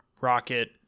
Rocket